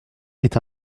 est